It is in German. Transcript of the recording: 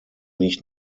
nicht